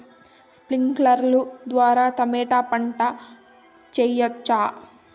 స్ప్రింక్లర్లు ద్వారా టమోటా పంట చేయవచ్చా?